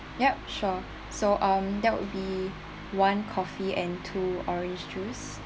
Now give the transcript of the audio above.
ya sure so um that would be one coffee and two orange juice